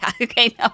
okay